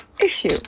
issue